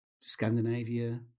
Scandinavia